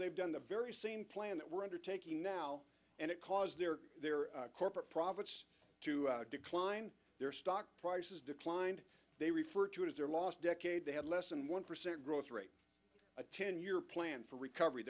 they've done the very same plan that we're undertaking now and it caused their corporate profits to decline their stock price has declined they refer to as their last decade they had less than one percent growth rate a ten year plan for recovery